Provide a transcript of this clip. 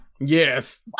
Yes